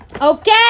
Okay